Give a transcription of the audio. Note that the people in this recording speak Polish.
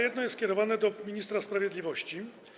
Jedno jest skierowane do ministra sprawiedliwości.